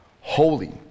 holy